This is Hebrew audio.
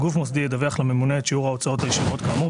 גוף מוסדי ידווח לממונה את שיעור ההוצאות הישירות כאמור,